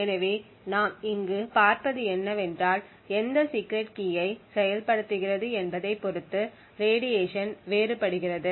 எனவே நாம் இங்கு பார்ப்பது என்னவென்றால் எந்த சீக்ரெட் கீயை செயல்படுத்துகிறது என்பதைப் பொறுத்து ரேடியேஷன் வேறுபடுகிறது